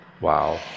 Wow